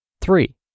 Three